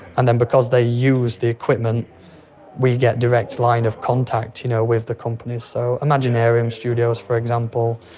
and then because they use the equipment we get direct line of contact you know with the companies. so imaginarium studios, for example,